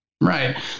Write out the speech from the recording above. Right